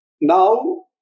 now